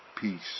peace